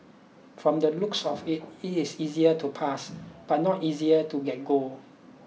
from the looks of it it is easier to pass but not easier to get gold